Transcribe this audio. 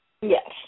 Yes